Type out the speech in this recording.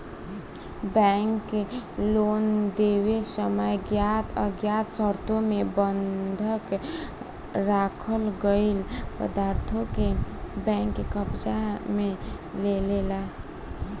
bank loan देवे समय ज्ञात अज्ञात शर्तों मे बंधक राखल गईल पदार्थों के बैंक कब्जा में लेलेला